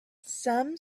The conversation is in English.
some